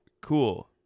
Cool